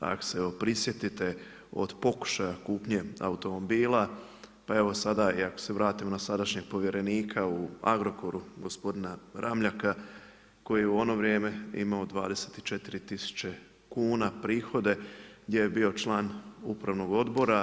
Ako se prisjetite od pokušaja kupnje automobila, pa evo sada i ako se vratimo na sadašnjeg povjerenika u Agrokoru gospodina Ramljaka koji je u ono vrijeme imao 24000 kuna prihode gdje je bio član Upravnog odbora.